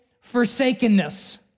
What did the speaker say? forsakenness